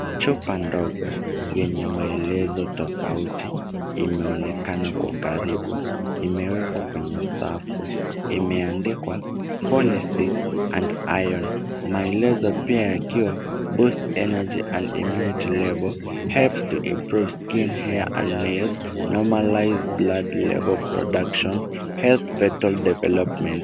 Chupa ndogo yenye maelezo tofauti imeonekana kwa ukaribu. Imewekwa kwenye safu. Imeandikwa Folic acid and Iron. Maelezo pia yakiwa boost energy and immunity level. Helps to improve skin, hair and nails. Normalize blood cell production. Healthy fetal development.